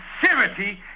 sincerity